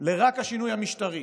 רק לשינוי המשטרי,